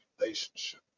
relationship